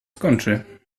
skończy